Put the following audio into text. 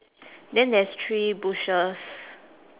then there's three bushes